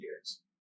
years